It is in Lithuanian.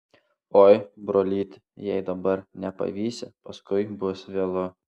oi brolyti jei dabar nepavysi paskui bus vėlu